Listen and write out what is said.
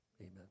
amen